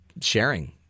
sharing